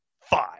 five